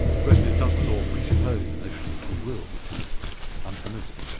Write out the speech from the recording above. the question is, does the law presuppose a notion of free will which is untenable?